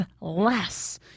less